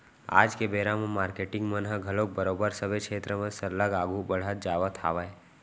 आज के बेरा म मारकेटिंग मन ह घलोक बरोबर सबे छेत्र म सरलग आघू बड़हत जावत हावय